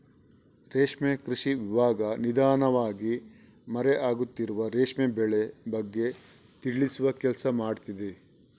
ರೇಷ್ಮೆ ಕೃಷಿ ವಿಭಾಗ ನಿಧಾನವಾಗಿ ಮರೆ ಆಗುತ್ತಿರುವ ರೇಷ್ಮೆ ಬೆಳೆ ಬಗ್ಗೆ ತಿಳಿಸುವ ಕೆಲ್ಸ ಮಾಡ್ತಿದೆ